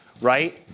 right